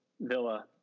villa